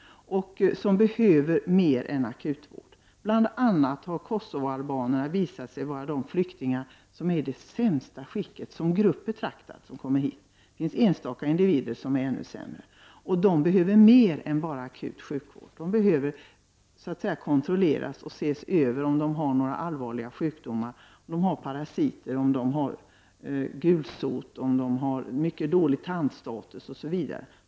De behöver mer än akut sjukvård. Bl.a. har Kosovoalbaner visat sig vara de flyktingar som är i sämst skick som grupp betraktad. Det finns enstaka individer som mår ännu sämre. De behöver mer än bara akut sjukvård. De behöver kontrolleras, och man behöver ta reda på om de har några allvarliga sjukdomer, om de har parasiter, om de har gulsot eller mycket dålig tandstatus osv.